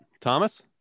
thomas